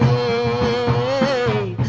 a